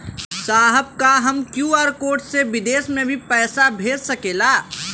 साहब का हम क्यू.आर कोड से बिदेश में भी पैसा भेज सकेला?